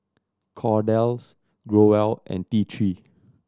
Kordel's Growell and T Three